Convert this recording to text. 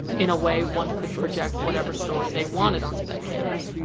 in a way, one could project whatever story they wanted onto that canvas.